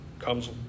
comes